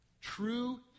true